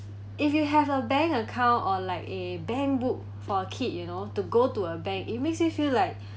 if you have a bank account or like a bank book for a kid you know to go to a bank it makes you feel like